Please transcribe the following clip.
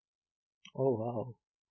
oh !wow!